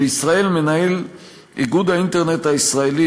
בישראל מנהל איגוד האינטרנט הישראלי,